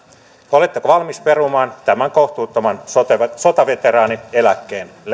oletteko valmis perumaan tämän kohtuuttoman sotaveteraanieläkkeen